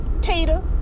Tater